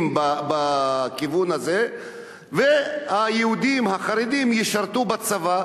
בכיוון הזה והיהודים החרדים ישרתו בצבא,